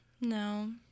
no